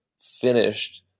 finished